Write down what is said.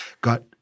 got